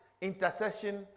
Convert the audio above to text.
intercession